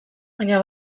baina